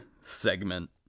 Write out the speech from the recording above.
segment